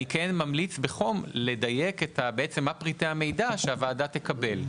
אני כן ממליץ בחום לדייק מהם את פריטי המידע שהוועדה תקבל.